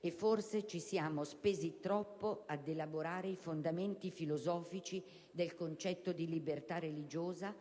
E forse ci siamo spesi troppo ad elaborare i fondamenti filosofici del concetto di libertà religiosa,